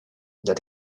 that